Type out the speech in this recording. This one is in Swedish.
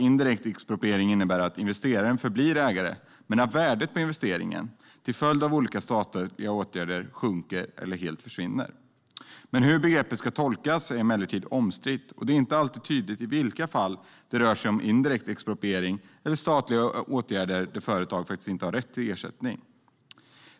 Indirekt expropriering innebär att investeraren förblir ägare men att värdet på investeringen, till följd av olika statliga åtgärder, sjunker eller helt försvinner. Hur begreppet ska tolkas är emellertid omstritt, och det är inte alltid tydligt i vilka fall det rör sig om indirekt expropriering eller statliga åtgärder där företagen inte har rätt till ersättning.